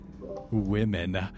Women